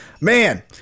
Man